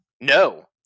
No